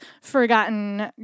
forgotten